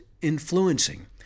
influencing